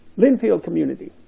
linfield community